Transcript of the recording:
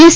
S